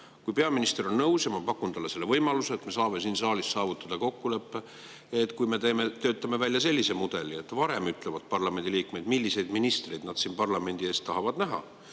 Kui peaminister on nõus – ma pakun talle selle võimaluse –, et me saame siin saalis saavutada kokkuleppe, et kui me töötame välja sellise mudeli, et varem ütlevad parlamendi liikmed, milliseid ministreid nad siin parlamendi eest tahavad näha,